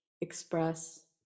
express